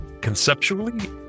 Conceptually